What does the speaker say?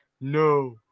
No